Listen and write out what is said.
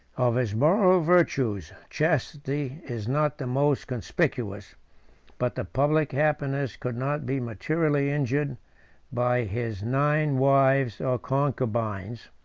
of his moral virtues, chastity is not the most conspicuous but the public happiness could not be materially injured by his nine wives or concubines,